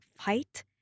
fight